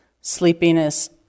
sleepiness